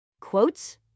Quotes